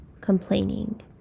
complaining